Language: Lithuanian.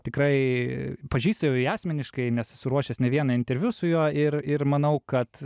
tikrai pažįstu jau jį asmeniškai nes esu ruošęs ne vieną interviu su juo ir ir manau kad